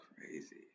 crazy